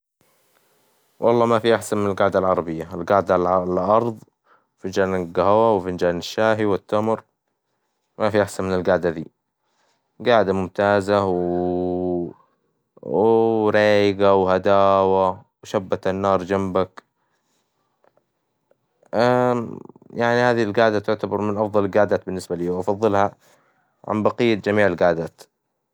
والله ما في أحسن من الجعدة العربية الجاعدة على الأرظ فنجان الجهوة وفنجان الشاهي والتمر، ما في أحسن من الجعدة ذي جعدة ممتازة ورايقة وهداوة وشابة النار جنبك يعني هذي الجعدة تعتبر من أفظل الجعدات بالنسبة لي وأفظلها عن بقية جميع الجعدات.